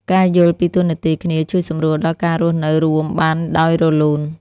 ការយល់ពីតួរនាទីគ្នាជួយសម្រួលដល់ការរស់នៅរួមបានដោយរលូន។